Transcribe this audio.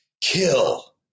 Kill